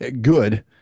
good